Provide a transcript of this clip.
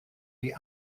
die